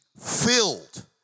filled